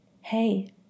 hey